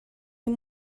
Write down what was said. این